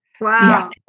Wow